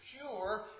pure